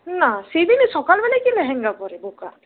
না সেদিনের সকালবেলায় কে লেহেঙ্গা পরে বোকা